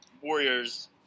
Warriors